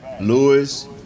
Lewis